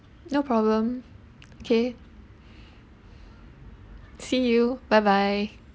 no problem okay see you bye bye